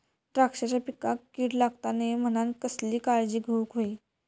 द्राक्षांच्या पिकांक कीड लागता नये म्हणान कसली काळजी घेऊक होई?